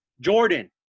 Jordan